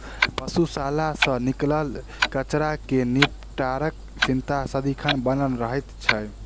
पशुशाला सॅ निकलल कचड़ा के निपटाराक चिंता सदिखन बनल रहैत छै